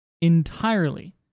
entirely